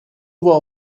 voit